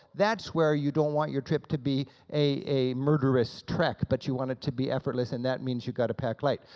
that's where you don't want your trip to be a murderous trek, but you want it to be effortless and that means you gotta pack light.